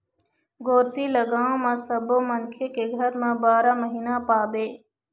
गोरसी ल गाँव म सब्बो मनखे के घर म बारा महिना पाबे